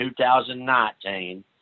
2019